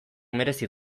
merezi